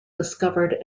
discovered